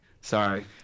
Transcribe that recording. Sorry